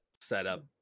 setup